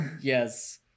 Yes